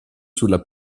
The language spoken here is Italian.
sulla